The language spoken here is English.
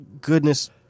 goodness –